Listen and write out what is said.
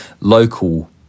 local